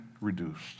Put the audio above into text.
reduced